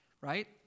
right